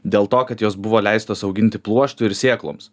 dėl to kad jos buvo leistos auginti pluoštui ir sėkloms